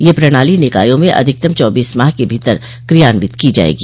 यह प्रणाली निकायों में अधिकतम चौबीस माह के भीतर क्रियान्वित की जायेगी